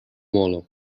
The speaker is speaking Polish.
molo